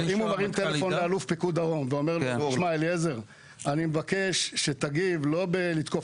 אם הוא מרים טלפון לאלוף פיקוד דרום ואומר לו: אני מבקש שתגיב לא בלתקוף